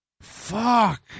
Fuck